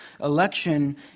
Election